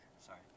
Sorry